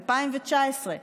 2019,